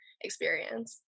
experience